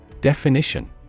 Definition